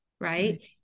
Right